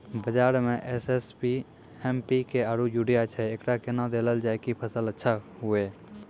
बाजार मे SSP, MPK आरु यूरिया छैय, एकरा कैना देलल जाय कि फसल अच्छा हुये?